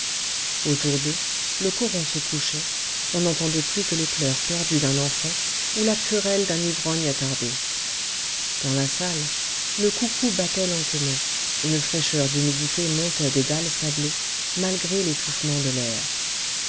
autour d'eux le coron se couchait on n'entendait plus que les pleurs perdus d'un enfant ou la querelle d'un ivrogne attardé dans la salle le coucou battait lentement une fraîcheur d'humidité montait des dalles sablées malgré l'étouffement de l'air